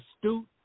astute